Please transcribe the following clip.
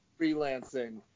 freelancing